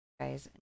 guys